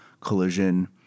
collision